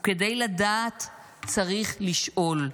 וכדי לדעת צריך לשאול.